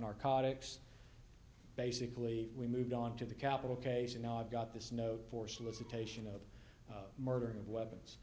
narcotics basically we moved on to the capital case and now i've got this note for solicitation of murder of weapons